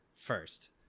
first